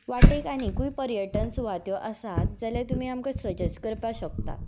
वाटेर आनीकूय पर्यटन सुवातो आसात जाल्यार तुमी आमकां सजॅस्ट करपा शकता